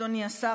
אדוני השר,